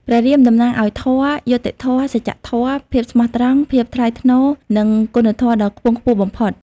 ព្រះរាមតំណាងឱ្យ ធម៌ យុត្តិធម៌ សច្ចធម៌ ភាពស្មោះត្រង់ ភាពថ្លៃថ្នូរ និងគុណធម៌ដ៏ខ្ពង់ខ្ពស់បំផុត ។